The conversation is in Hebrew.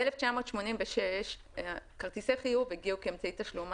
ב-1986 כרטיסי חיוב הגיעו כאמצעי תשלום,